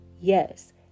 yes